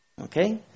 Okay